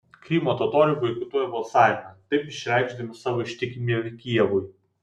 krymo totoriai boikotuoja balsavimą taip išreikšdami savo ištikimybę kijevui